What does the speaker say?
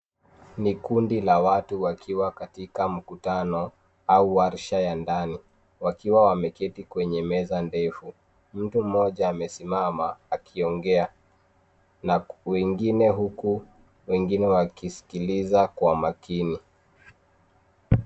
Ni kundi la watu wakiwa katika mkutano au warsha ya ndani wakiwa wameketi kwenye meza ndefu mtu mmoja amesimama akiongea na kwingine huku wengine wakisikiliza kwa makini